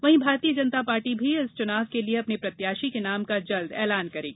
वहीं भारतीय जनता पार्टी भी इस चुनाव के लिए अपने प्रत्याशी के नाम का जल्द ऐलान करेगी